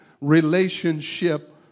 relationship